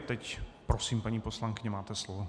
Teď prosím, paní poslankyně, máte slovo.